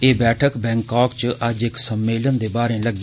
एह् बैठक बैंकाक च अज्ज इक सम्मेलन दे बाहरे लग्गी